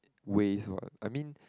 ways what I mean